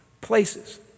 places